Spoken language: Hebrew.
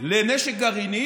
לנשק גרעיני,